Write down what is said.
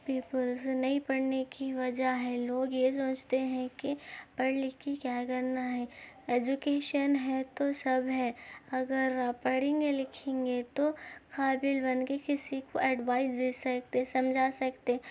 peoples نہیں پڑھنے کی وجہ ہے لوگ یہ سوچتے ہیں کہ پڑھ لکھ کے کیا کرنا ہے ایجوکیشن ہے تو سب ہے اگر آپ پڑھیں گے لکھیں گے تو قابل بن کے کسی کو اڈوائس دے سکتے سمجھا سکتے